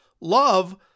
love